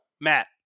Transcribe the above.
Matt